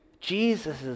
Jesus